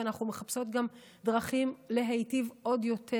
ואנחנו מחפשות גם דרכים להיטיב עוד יותר